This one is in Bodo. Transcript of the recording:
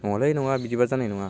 नङालै नङा बिदिबा जानाय नङा